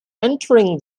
entering